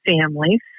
families